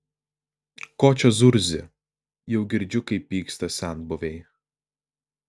ko čia zurzi jau girdžiu kaip pyksta senbuviai